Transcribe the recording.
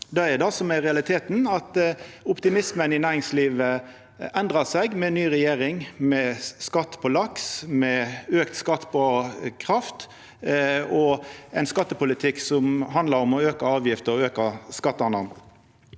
som er realiteten. Optimismen i næringslivet endra seg med ny regjering, med skatt på laks, med auka skatt på kraft og ein skattepolitikk som handlar om å auka avgifter og auka skattane.